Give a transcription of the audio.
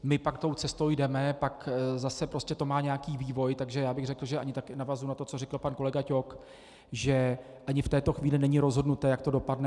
My pak tou cestou jdeme, pak zase to má nějaký vývoj, takže bych řekl, že ani tak, navazuji na to, co řekl pan kolega Ťok, že ani v této chvíli není rozhodnuto, jak to dopadne.